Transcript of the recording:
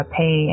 pay